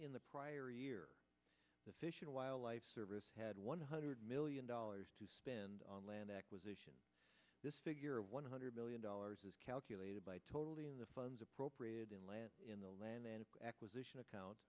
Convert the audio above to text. in the prior year the fish and wildlife service had one hundred million dollars to spend on land acquisition this figure of one hundred million dollars is calculated by totally in the funds appropriated in land in the land acquisition